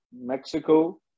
Mexico